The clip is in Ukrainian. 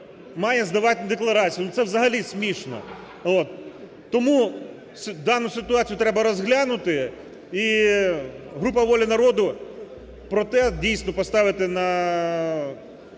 має здавати декларацію. Ну це взагалі смішно. Тому дану ситуацію треба розглянути. І група "Воля народу" про те, дійсно, поставити на